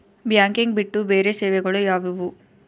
Banking ಬಿಟ್ಟು ಬೇರೆ ಸೇವೆಗಳು ಯಾವುವು?